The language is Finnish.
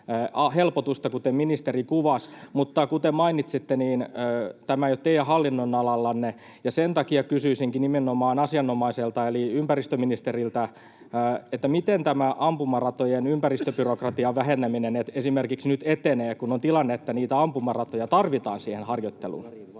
helpotusta, kuten ministeri kuvasi. Mutta, kuten mainitsitte, tämä ei ole teidän hallinnonalallanne, ja sen takia kysyisinkin nimenomaan asianomaiselta eli ympäristöministeriltä: miten esimerkiksi tämä ampumaratojen ympäristöbyrokratian väheneminen nyt etenee, kun on tilanne, että niitä ampumaratoja tarvitaan siihen harjoitteluun?